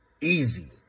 Easy